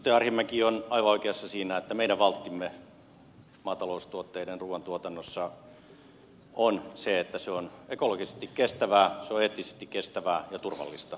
edustaja arhinmäki on aivan oikeassa siinä että meidän valttimme maataloustuotteiden ruoantuotannossa on se että se ruoka mitä me tuotamme on ekologisesti kestävää on eettisesti kestävää ja turvallista